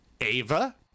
Ava